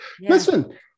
listen